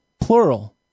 plural